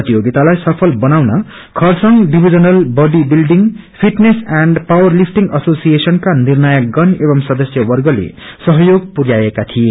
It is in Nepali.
प्रतियोगितालाई सफल बनाउन Kurseong divisional body building fitness and power lifting उसोसिएशनका निर्णायकगण एवं सदस्यवर्गले सहयोग पुरयाएका थिए